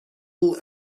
all